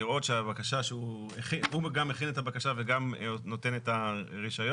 לראות הוא גם הכין את הבקשה והוא גם נותן את הרישיון,